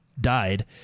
died